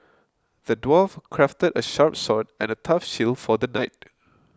the dwarf crafted a sharp sword and a tough shield for the knight